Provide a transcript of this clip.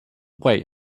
wait